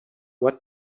what